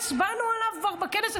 הצבענו עליו כבר בכנס,